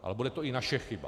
Ale bude to i naše chyba.